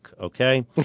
Okay